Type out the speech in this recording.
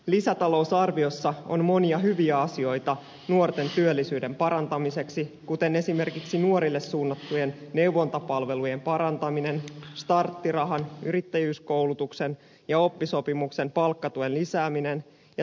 lisätalousarviossa on monia hyviä asioita nuorten työllisyyden parantamiseksi kuten esimerkiksi nuorille suunnattujen neuvontapalvelujen parantaminen starttirahan yrittäjyyskoulutuksen ja oppisopimuksen palkkatuen lisääminen ja työllistämissetelin käyttöönotto